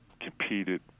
competed –